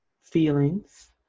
feelings